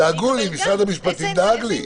משרד המשפטים דאג לי.